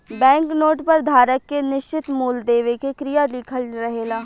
bank note पर धारक के निश्चित मूल देवे के क्रिया लिखल रहेला